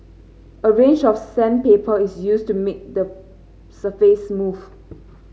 a range of sandpaper is used to make the surface smooth